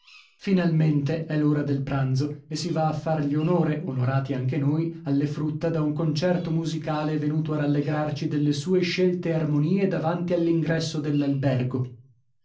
finalmente è l'ora del pranzo e si va a fargli onore onorati anche noi alle frutta da un concerto musicale venuto a rallegrarci delle sue scelte armonie davanti all'ingresso